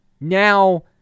Now